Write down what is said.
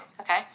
okay